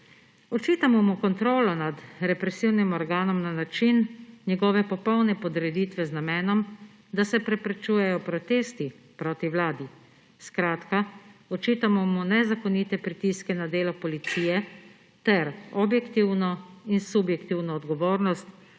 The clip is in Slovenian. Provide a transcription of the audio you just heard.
Očitamo mu kontrolo nad represivnim organom na način njegove popolne podreditve z namenom, da se preprečujejo protesti proti vladi. Skratka, očitamo mu nezakonite pritiske na delo policije ter objektivno in subjektivno odgovornost